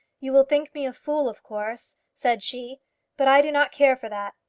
you will think me a fool, of course, said she but i do not care for that.